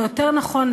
או יותר נכון,